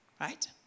Right